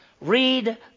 Read